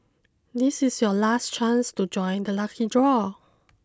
this is your last chance to join the lucky draw